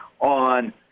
On